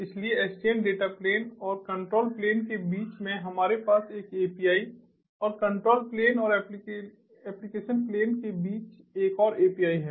इसलिए SDN data plane और control plane के बीच में हमारे पास एक API और कंट्रोल प्लेन और एप्लीकेशन प्लेन के बीच एक और API है